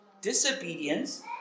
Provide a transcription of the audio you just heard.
disobedience